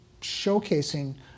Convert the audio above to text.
showcasing